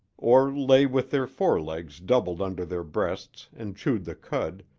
or lay with their forelegs doubled under their breasts and chewed the cud,